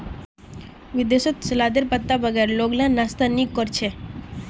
विदेशत सलादेर पत्तार बगैर लोग लार नाश्ता नि कोर छे